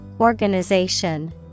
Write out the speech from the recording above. Organization